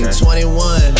21